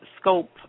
scope